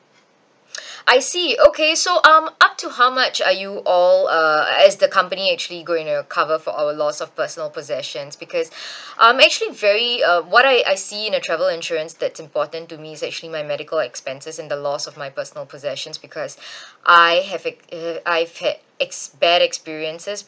I see okay so um up to how much are you all uh is the company actually going to cover for our loss of personal possessions because I'm actually very uh what I I see in the travel insurance that's important to me is actually my medical expenses and the loss of my personal possessions because I have a uh I've had ex~ bad experiences